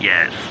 Yes